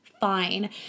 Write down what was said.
fine